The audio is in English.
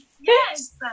yes